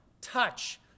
touch